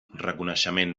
reconeixement